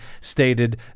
stated